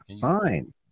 fine